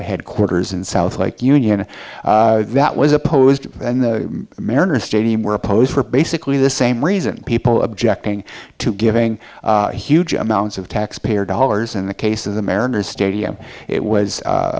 headquarters in south union that was opposed and the mariners stadium were opposed for basically the same reason people objecting to giving huge amounts of taxpayer dollars in the case of the mariners stadium it was